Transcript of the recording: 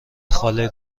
خاله